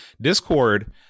Discord